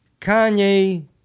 Kanye